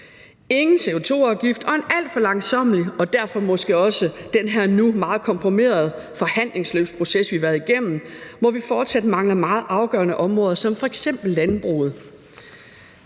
Ingen CO2-afgift og en alt for langsommelig – og derfor måske også den her nu meget komprimerede – forhandlingsproces, vi har været igennem, hvor vi fortsat mangler meget afgørende områder som f.eks. landbruget.